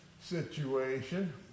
situation